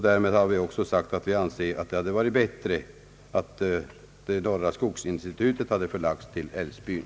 Därmed har vi också sagt att vi anser att det varit bättre att norra skogsinstitutet hade förlagts till Älvsbyn.